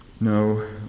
No